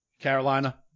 Carolina